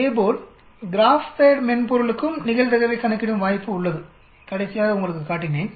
இதேபோல்கிராப்பேட் மென்பொருளுக்கும் நிகழ்தகவைக் கணக்கிடும் வாய்ப்பு உள்ளதுகடைசியாக உங்களுக்குக் காட்டினேன்